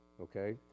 okay